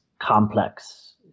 complex